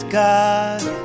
God